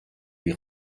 die